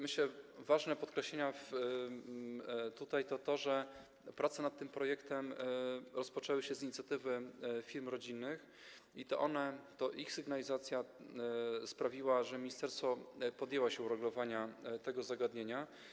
Myślę, że ważne i godne podkreślenia jest to, że prace nad tym projektem rozpoczęły się z inicjatywy firm rodzinnych, i to ich sygnalizacja sprawiła, że ministerstwo podjęło się uregulowania tego zagadnienia.